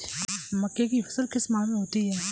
मक्के की फसल किस माह में होती है?